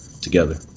together